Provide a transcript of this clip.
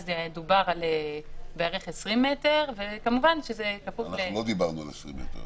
אז דובר על בערך 20 מטר --- אנחנו לא דיברנו על 20 מטר,